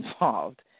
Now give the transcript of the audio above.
involved